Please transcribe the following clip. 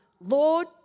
Lord